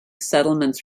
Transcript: settlements